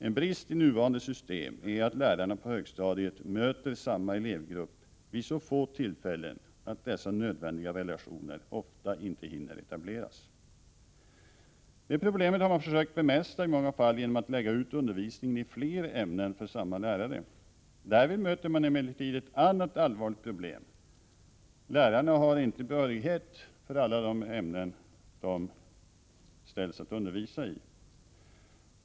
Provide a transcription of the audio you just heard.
En brist i nuvarande system är att lärarna på högstadiet möter samma elevgrupp vid så få tillfällen att dessa nödvändiga relationer ofta inte hinner etableras. Det problemet har man försökt bemästra i många fall genom att lägga ut undervisningen i flera ämnen för samma lärare. Därvid möter man emellertid ett annat allvarligt problem — lärarna har inte behörighet för alla de ämnen de sätts att undervisa i.